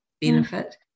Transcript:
benefit